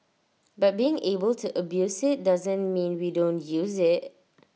but being able to abuse IT doesn't mean we don't use IT